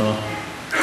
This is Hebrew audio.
בסדר.